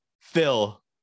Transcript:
phil